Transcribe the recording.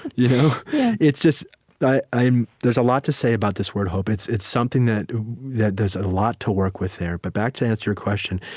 yeah it's just there is a lot to say about this word, hope. it's it's something that that there is a lot to work with there but back to answer your question,